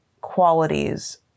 qualities